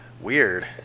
Weird